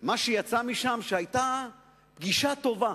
מה שיצא משם, שהיתה פגישה טובה,